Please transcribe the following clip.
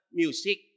music